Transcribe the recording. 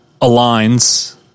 aligns